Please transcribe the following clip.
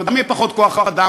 גם יהיה פחות כוח-אדם,